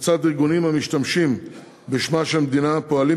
כיצד ארגונים המשתמשים בשמה של המדינה פועלים